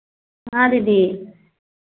हाँ दीदी